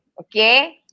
okay